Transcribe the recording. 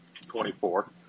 24